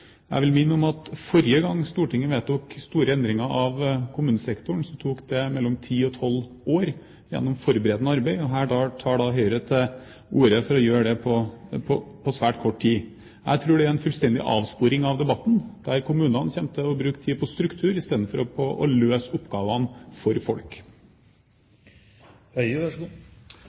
Jeg vil minne om at forrige gang Stortinget vedtok store endringer i kommunesektoren, gikk det ti–tolv år med forberedende arbeid. Her tar Høyre til orde for å gjøre det på svært kort tid. Jeg tror det er en fullstendig avsporing av debatten, der kommunene kommer til å bruke tid på struktur istedenfor på å løse oppgavene for